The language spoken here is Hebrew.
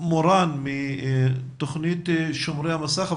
מורן מתוכנית שומרי המסך,